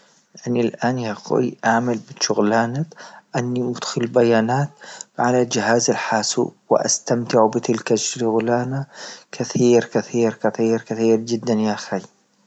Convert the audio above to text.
يعني الآن يقول أعمل شغلانة أني أدخل بيانات على جهاز الحاسوب واستمتع بتلك شغلانة كثير كثير كثير كثير جدا يا أخي.